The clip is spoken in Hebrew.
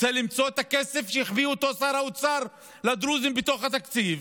רוצה למצוא את הכסף שהחביא שר האוצר לדרוזים בתוך התקציב,